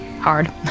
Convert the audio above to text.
Hard